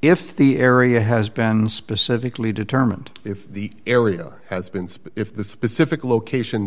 if the area has been specifically determined if the area has been so if the specific location